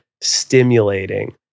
stimulating